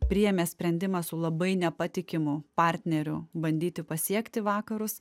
priėmė sprendimą su labai nepatikimu partneriu bandyti pasiekti vakarus